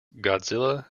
godzilla